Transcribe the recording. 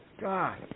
God